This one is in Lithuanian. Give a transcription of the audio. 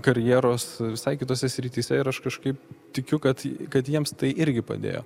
karjeros visai kitose srityse ir aš kažkaip tikiu kad kad jiems tai irgi padėjo